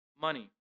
money